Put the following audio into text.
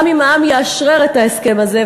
גם אם העם יאשרר את ההסכם הזה,